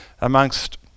amongst